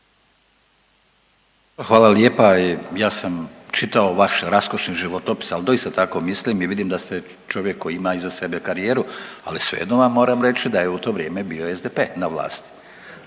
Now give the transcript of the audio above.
Hvala lijepa. Ja sam čitao vaš raskošni životopis, al doista tako mislim i vidim da ste čovjek koji ima iza sebe karijeru, ali svejedno vam moram reći da je u to vrijeme bio SDP na vlasti,